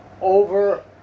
over